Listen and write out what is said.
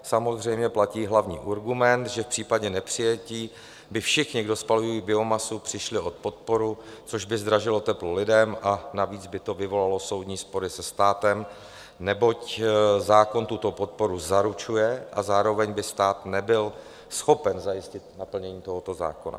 Samozřejmě platí hlavní argument, že v případě nepřijetí by všichni, kdo spalují biomasu, přišli o podporu, což by zdražilo teplo lidem a navíc by to vyvolalo soudní spory se státem, neboť zákon tuto podporu zaručuje a zároveň by stát nebyl schopen zajistit naplnění tohoto zákona.